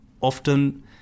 often